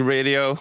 Radio